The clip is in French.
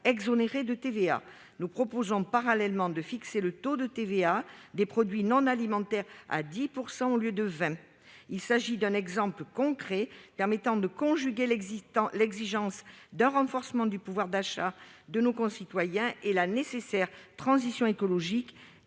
exonérée de TVA. Nous proposons parallèlement de fixer le taux de TVA des produits non alimentaires à 10 % au lieu de 20 %. Il s'agit d'un exemple concret permettant de conjuguer l'exigence d'un renforcement du pouvoir d'achat de nos concitoyens et la nécessaire transition écologique,